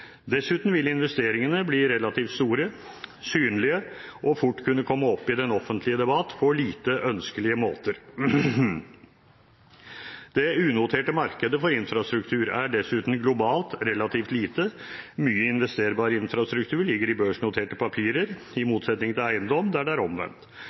Dessuten vil investeringene bli relativt store, synlige og fort kunne komme opp i den offentlige debatt på lite ønskelige måter. Det unoterte markedet for infrastruktur er dessuten globalt relativt lite, og mye investerbar infrastruktur ligger i børsnoterte papirer, i motsetning til eiendom, der det er omvendt.